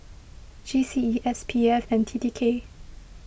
G C E S P F and T T K